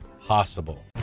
possible